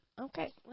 okay